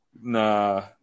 Nah